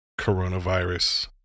coronavirus